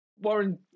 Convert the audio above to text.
Warren